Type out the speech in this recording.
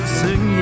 sing